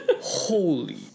Holy